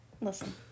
Listen